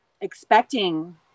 expecting